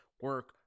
Work